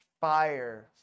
fire